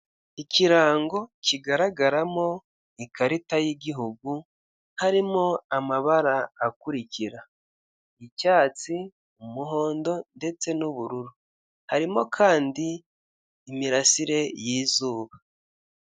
Ikirango kigaragaramo ikarita y'igihugu harimo amabara akurikira: icyatsi, umuhondo ndetse n'ubururu. Harimo kandi imirasire y'izuba.